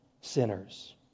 sinners